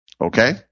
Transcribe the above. Okay